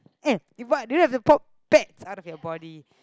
hey what do you have to pop pets out of your body